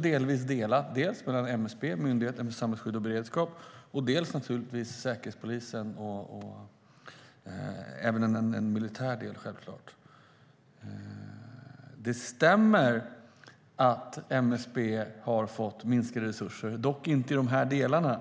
det delat mellan MSB, alltså Myndigheten för samhällsskydd och beredskap, och naturligtvis Säkerhetspolisen. Det finns självklart även en militär del. Det stämmer att MSB har fått minskade resurser, men inte i de här delarna.